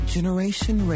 Generation